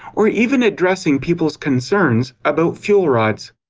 or even addressing people's concerns about fuel rods.